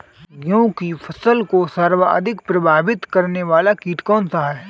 गेहूँ की फसल को सर्वाधिक प्रभावित करने वाला कीट कौनसा है?